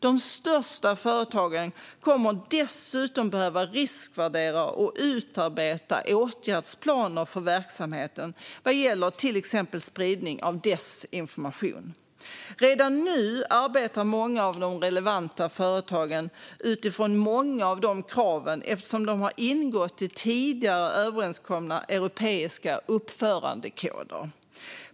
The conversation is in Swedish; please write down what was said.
De största företagen kommer dessutom att behöva riskvärdera och utarbeta åtgärdsplaner för verksamheten vad gäller till exempel spridning av desinformation. Redan nu arbetar många av de relevanta företagen utifrån många av kraven, eftersom de ingått i tidigare överenskomna europeiska uppförandekoder.